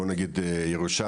בוא נגיד ירושה,